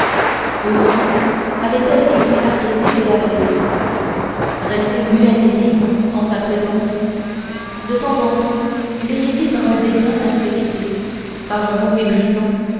aussi avait-elle été arrêtée dès la veille rester muette et digne en sa présence de temps en temps l'irriter par un dédain affecté par un mot méprisant